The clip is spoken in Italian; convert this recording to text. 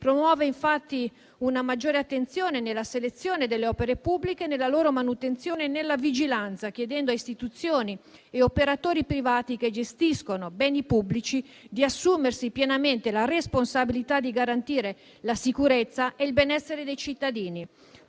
Promuove infatti una maggiore attenzione nella selezione delle opere pubbliche, nella loro manutenzione e nella vigilanza, chiedendo a istituzioni e operatori privati, che gestiscono beni pubblici, di assumersi pienamente la responsabilità di garantire la sicurezza e il benessere dei cittadini.